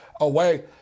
away